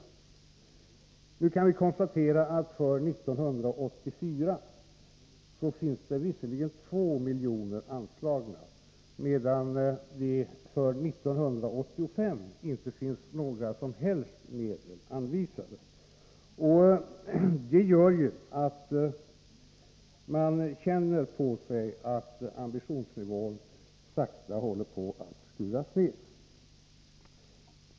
Nu kan vi konstatera att det för 1984 visserligen finns 2 miljoner anslagna, medan det för 1985 inte finns några som helst medel anvisade. Detta gör att man känner på sig att ambitionsnivån sakta håller på att skruvas ner.